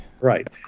Right